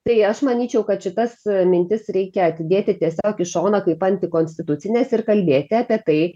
tai aš manyčiau kad šitas mintis reikia atidėti tiesiog į šoną kaip antikonstitucines ir kalbėti apie tai